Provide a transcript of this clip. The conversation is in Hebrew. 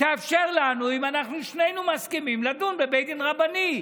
תאפשר לנו, אם שנינו מסכימים, לדון בבית דין רבני.